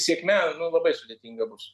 sėkme labai sudėtinga bus